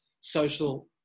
social